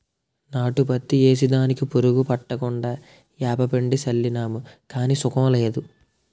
నాటు పత్తి ఏసి దానికి పురుగు పట్టకుండా ఏపపిండి సళ్ళినాను గాని సుకం లేదు